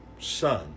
son